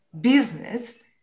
business